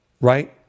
Right